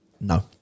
No